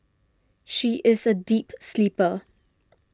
she is a deep sleeper